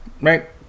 Right